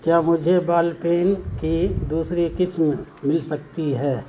کیا مجھے ball pen کی دوسری قسم مل سکتی ہے